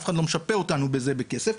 אף אחד לא משפה אותנו בזה בכסף,